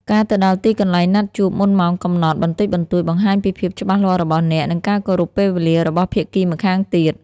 ការទៅដល់ទីកន្លែងណាត់ជួបមុនម៉ោងកំណត់បន្តិចបន្តួច បង្ហាញពីភាពច្បាស់លាស់របស់អ្នក និងការគោរពពេលវេលារបស់ភាគីម្ខាងទៀត។